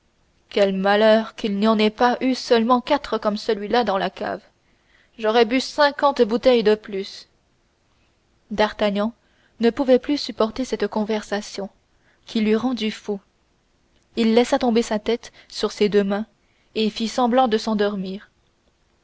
quel malheur qu'il n'y en ait pas eu seulement quatre comme celuilà dans la cave j'aurais bu cinquante bouteilles de plus d'artagnan ne pouvait plus supporter cette conversation qui l'eût rendu fou il laissa tomber sa tête sur ses deux mains et fit semblant de s'endormir